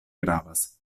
gravas